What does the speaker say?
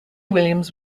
williams